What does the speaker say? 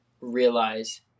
realize